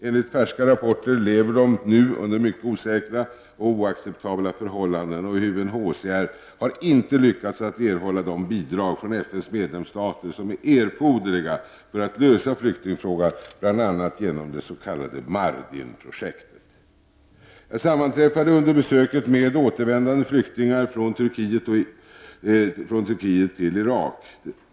Enligt färska rapporter lever de nu under mycket osäkra och oacceptabla förhållanden, och UNHCR har inte lyckats att erhålla de bidrag från FN:s medlemsstater som är erforderliga för att lösa flyktingfrågan, bl.a. genom det så kallade Mardinprojektet. Jag sammanträffade under besöket med flyktingar som återvände från Turkiet till Irak.